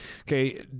Okay